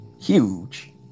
Huge